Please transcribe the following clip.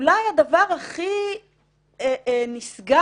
אולי הדבר הכי נשגב